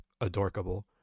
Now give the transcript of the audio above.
adorkable